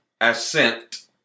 ascent